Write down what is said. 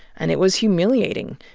and it was humiliating.